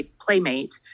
playmate